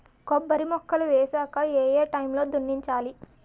కొబ్బరి మొక్కలు వేసాక ఏ ఏ టైమ్ లో దున్నించాలి?